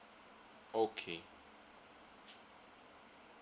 okay